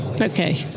okay